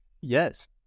Yes